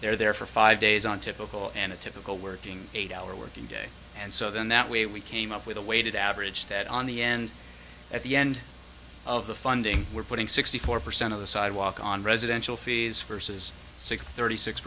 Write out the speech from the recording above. they're there for five days on typical and a typical working eight hour working day and so then that way we came up with a weighted average that on the end at the end of the funding we're putting sixty four percent of the sidewalk on residential fees for says six thirty six